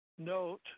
Note